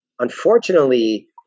Unfortunately